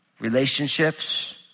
relationships